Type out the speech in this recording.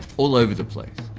all over the place.